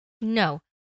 No